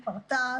פרטה,